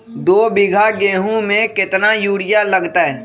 दो बीघा गेंहू में केतना यूरिया लगतै?